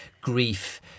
grief